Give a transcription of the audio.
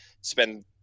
spend